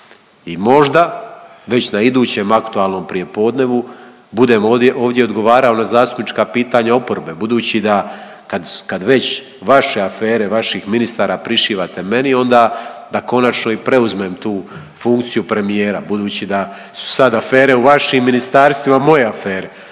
i možda već na idućem aktualnom prijepodnevu budem ovdje odgovarao na zastupnička pitanja oporbe budući da kad već vaše afere, vaših ministara prišivate meni onda da konačno i preuzmem i tu funkciju premijera budući da su sad afere u vašim ministarstvima moje afere.